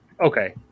Okay